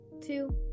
two